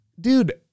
dude